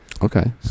Okay